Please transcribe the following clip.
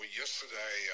yesterday